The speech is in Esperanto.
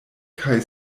kaj